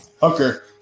Hooker